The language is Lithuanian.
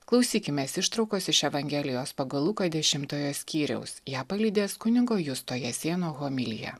klausykimės ištraukos iš evangelijos pagal luką dešimtojo skyriaus ją palydės kunigo justo jasėno homilija